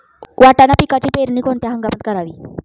वाटाणा पिकाची पेरणी कोणत्या हंगामात करावी?